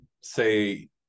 say